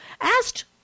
Asked